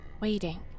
waiting